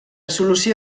solució